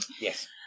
Yes